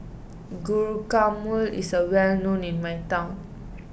Guacamole is well known in my town